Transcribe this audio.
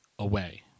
away